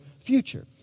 future